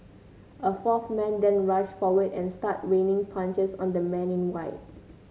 a fourth man then rushed forward and started raining punches on the man in white